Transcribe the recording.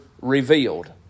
revealed